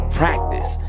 practice